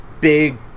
big